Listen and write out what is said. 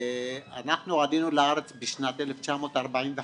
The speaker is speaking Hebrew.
אנחנו עלינו לארץ בשנת 1945,